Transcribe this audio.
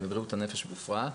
ובריאות הנפש בפרט.